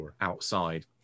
outside